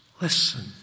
Listen